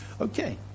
Okay